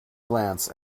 glance